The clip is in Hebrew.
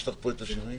יש לי קשב מפוצל.